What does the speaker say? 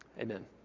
Amen